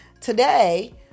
Today